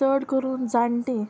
चड करून जाणटी